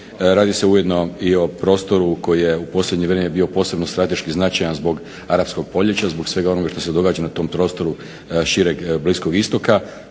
Radi se ujedno i o prostoru koji je u posljednje vrijeme bio posebno strateški značajan zbog Arapskog proljeća, zbog svega onog što se događa na tom prostoru šireg Bliskog istoka.